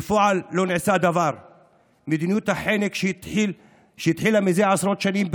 בפועל לא נעשה דבר .מדיניות החנק שהתחילה לפני עשרות שנים,